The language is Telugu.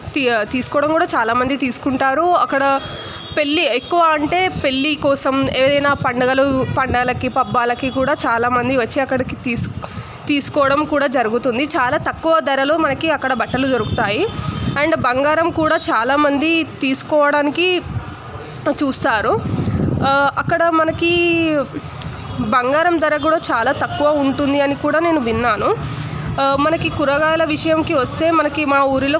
తీ తీసుకోవడం కూడా చాలా మంది తీసుకుంటారు అక్కడ పెళ్ళి ఎక్కువ అంటే పెళ్ళి కోసం ఏదైనా పండుగలు పండగకి పబ్బాలకి కూడా చాలా మంది వచ్చి అక్కడికి తీ తీసుకోవడం కూడా జరుగుతుంది చాలా తక్కువ దరలు మనకి అక్కడ బట్టలు దొరుకుతాయి అండ్ బంగారం కూడా చాలా మంది తీసుకోవడానికి చూస్తారు అక్కడ మనకి బంగారం ధర కూడా చాలా తక్కువ ఉంటుంది అని కూడా నేను విన్నాను మనకి కూరగాయల విషయంకి వస్తే మనకి మా ఊరిలో